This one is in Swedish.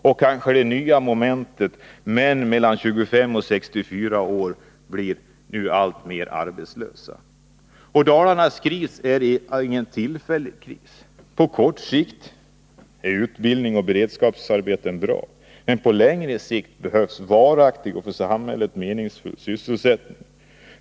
Det kanske nya momentet: Män mellan 25 och 64 år blir nu i allt större utsträckning arbetslösa. Dalarnas kris är ingen tillfällig kris. På kort sikt är utbildning och beredskapsarbeten bra. Men på längre sikt behövs varaktig och för samhället meningsfull sysselsättning.